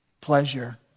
Pleasure